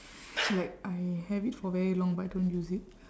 like I have it for very long but I don't use it